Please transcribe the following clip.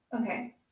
Okay